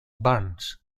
burns